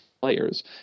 players